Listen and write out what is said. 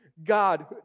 God